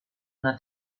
una